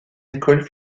écoles